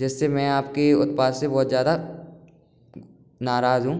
जिससे मैं आपके उत्पाद से बहुत ज्यादा नाराज हूँ